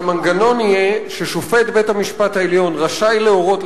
שהמנגנון יהיה ש"שופט בית-המשפט העליון רשאי להורות,